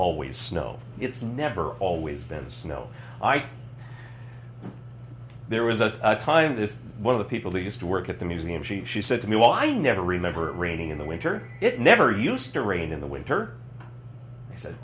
always snow it's never always been snow there was a time this one of the people who used to work at the museum she she said to me well i never remember it raining in the winter it never used to rain in the winter he said